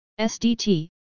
SDT